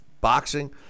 Boxing